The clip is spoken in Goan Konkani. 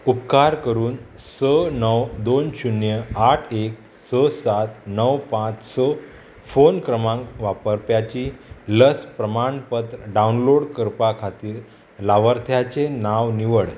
उपकार करून स णव दोन शुन्य आठ एक स सात णव पांच स फोन क्रमांक वापरप्याची लस प्रमाणपत्र डावनलोड करपा खातीर लावार्थ्याचें नांव निवड